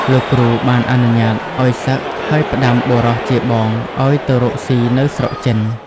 លោកគ្រូបានអនុញ្ញាតឱ្យសឹក ហើយផ្ដាំបុរសជាបងឱ្យទៅរកស៊ីនៅស្រុកចិន។